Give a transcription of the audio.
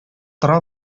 тора